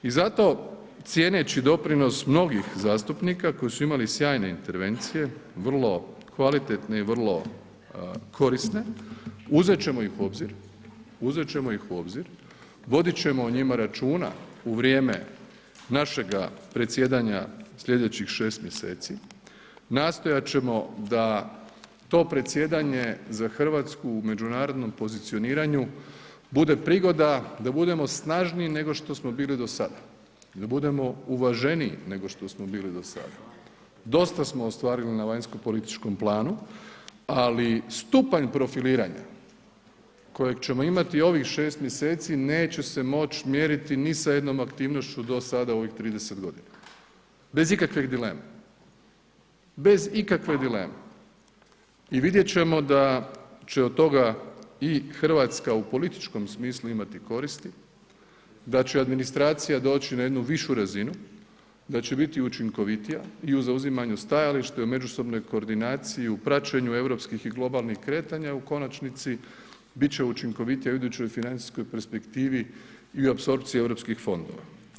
I zato cijeneći doprinos mnogih zastupnika koji su imali sjajne intervencije vrlo kvalitetne i vrlo korisne, uzet ćemo ih u obzir, uzet ćemo ih u obzir, vodit ćemo o njima računa u vrijeme našega predsjedanja slijedećih 6 mjeseci, nastojat ćemo da to predsjedanje za RH u međunarodnom pozicioniranju bude prigoda da budemo snažniji nego što smo bili do sada, da budemo uvaženiji nego što smo bili do sada, dosta smo ostvarili na vanjsko političkom planu, ali stupanj profiliranja kojeg ćemo imati ovih 6 mjeseci neće se moć mjeriti ni sa jednom aktivnošću dosada u ovih 30.g. bez ikakve dileme, bez ikakve dileme i vidjet ćemo da će od toga i RH u političkom smislu imati koristi, da će administracija doći na jednu višu razinu, da će biti učinkovitija i u zauzimanju stajališta i u međusobnoj koordinaciji i u praćenju europskih i globalnih kretanja, u konačnici bit će učinkovitija u idućoj financijskoj perspektivi i apsorpciji Europskih fondova.